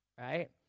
right